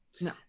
No